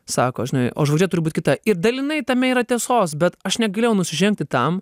sako žinai o žvaigždė turi būt kita ir dalinai tame yra tiesos bet aš negalėjau nusižengti tam